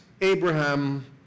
Abraham